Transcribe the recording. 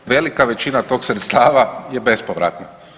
Velika većina tog sredstava je bespovratnih.